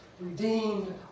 redeemed